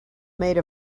made